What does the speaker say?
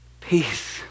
Peace